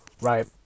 Right